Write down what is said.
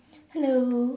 hello